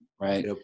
right